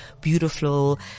beautiful